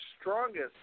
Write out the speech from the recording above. strongest